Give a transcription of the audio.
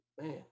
man